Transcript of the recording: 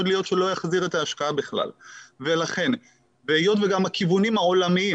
להיות שהוא לא יחזיר את ההשקעה בכלל והיות שגם הכיוונים העולמיים